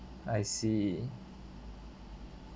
I see